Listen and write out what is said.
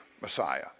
Messiah